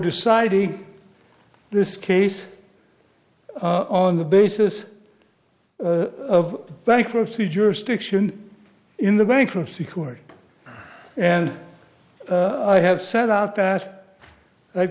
deciding this case on the basis of bankruptcy jurisdiction in the bankruptcy court and i have set out that th